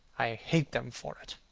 i hate them for it,